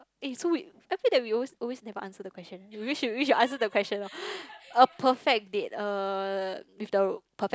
eh so wait I feel that we always always never answer the question we should we should answer the question lor a perfect date uh with the perfect